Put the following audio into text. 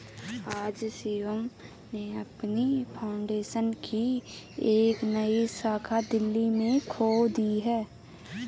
आज शिवम ने अपनी फाउंडेशन की एक नई शाखा दिल्ली में खोल दी है